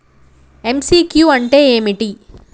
MCQ అంటే ఏమిటి?